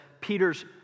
Peter's